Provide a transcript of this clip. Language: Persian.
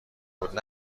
بود